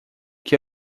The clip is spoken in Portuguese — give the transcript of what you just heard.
que